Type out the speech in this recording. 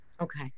Okay